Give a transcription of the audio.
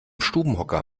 stubenhocker